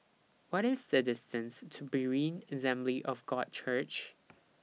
What IS The distance to Berean Assembly of God Church